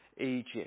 Egypt